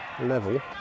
level